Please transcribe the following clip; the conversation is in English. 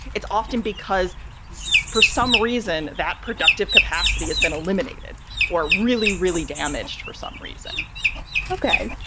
it's often because for some reason that productive capacity has been eliminated or really, really damaged for some reason ok,